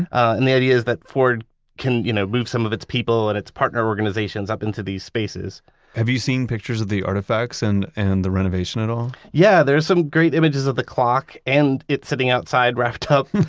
and the idea is that ford can, you know, move some of its people and its partner organizations up into these spaces have you seen pictures of the artifacts and and the renovation at all? yeah, there's some great images of the clock and it's sitting outside wrapped up.